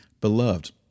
Beloved